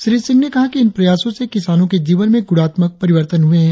श्री सिंह ने कहा कि इन प्रयासों से किसानों के जीवन में गुणात्मक परिवर्तन हुए हैं